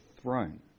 throne